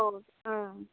अ